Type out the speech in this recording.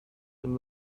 him